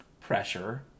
Pressure